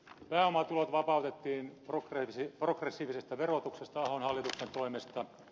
pääomatulot vapautettiin progressiivisesta verotuksesta ahon hallituksen toimesta